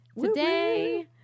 Today